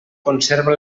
conserva